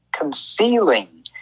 concealing